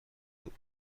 بود